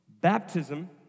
baptism